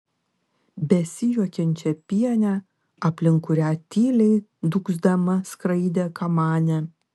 besijuokiančią pienę aplink kurią tyliai dūgzdama skraidė kamanė